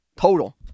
total